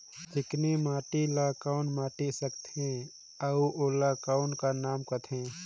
चिकनी माटी ला कौन माटी सकथे अउ ओला कौन का नाव काथे?